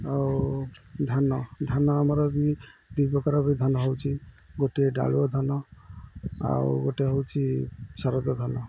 ଆଉ ଧାନ ଧାନ ଆମର ବି ଦୁଇ ପ୍ରକାର ବି ଧାନ ହେଉଛି ଗୋଟିଏ ଡାଳୁଅ ଧାନ ଆଉ ଗୋଟେ ହେଉଛି ଶାରଦା ଧାନ